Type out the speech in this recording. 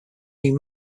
new